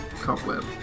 Cobweb